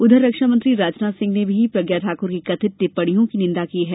उधर रक्षामंत्री राजनाथ सिंह ने भी प्रज्ञा ठाकुर की कथित टिप्पणियों की निन्दा की है